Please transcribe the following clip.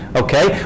okay